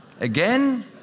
Again